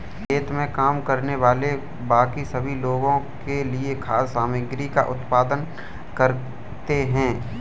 खेत में काम करने वाले बाकी सभी लोगों के लिए खाद्य सामग्री का उत्पादन करते हैं